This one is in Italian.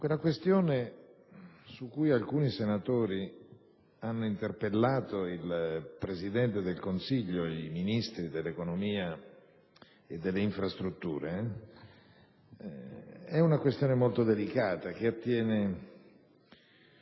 la questione su cui alcuni senatori hanno interpellato il Presidente del Consiglio e i Ministri dell'economia e delle infrastrutture è molto delicata e attiene